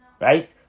Right